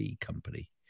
company